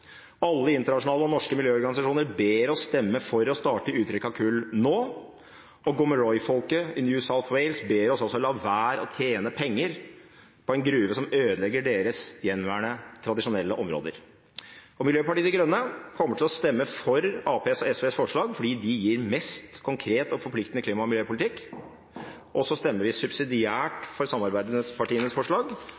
alle internasjonale og norske miljøorganisasjoner ber oss stemme for å starte uttrekk av kull nå. Og gomoroi-folket i New South Wales ber oss om å la være å tjene penger på en gruve som ødelegger deres gjenværende tradisjonelle områder. Miljøpartiet De Grønne kommer til å stemme for Arbeiderpartiets, SVs og Senterpartiets forslag og SVs forslag fordi de gir mest konkret og forpliktende klima- og miljøpolitikk, og så stemmer vi subsidiært